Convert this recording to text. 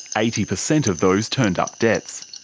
eighty percent of those turned up debts,